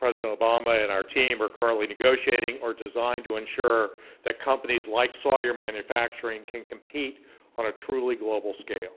president obama and our team are currently negotiating are designed to ensure that companies like sawyer manufacturing can compete on a truly global scale.